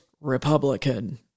Republican